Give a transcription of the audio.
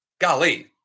golly